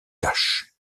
cachent